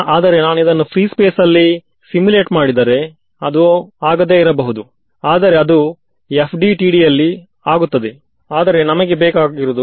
so ನೀವು ನಿಮ್ಮ ಮೆಶ್ನಲ್ಲಿದ್ದರೆ ಒಳ್ಳೆಯದು ಈ ಸುಂದರವಾದ ಸೆಟ್ ಆಫ್ ಎಡ್ಜಸ್ ಬೌಂಡರಿಯನ್ನು ವಿಮರ್ಶಿಸುತ್ತದೆ